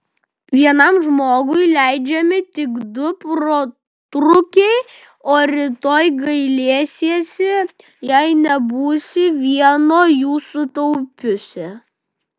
vienam žmogui leidžiami tik du protrūkiai o rytoj gailėsiesi jei nebūsi vieno jų sutaupiusi